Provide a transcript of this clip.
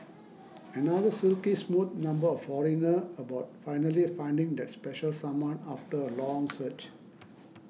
another silky smooth number by Foreigner about finally finding that special someone after a long search